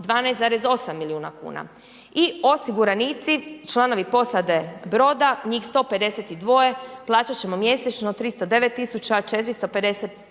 12,8 milijuna kuna i osiguranici, članovi posade broda, njih 152 plaćat ćemo mjesečno 309 455,